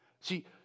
See